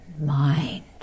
mind